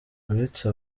uretse